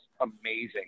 amazing